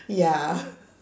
ya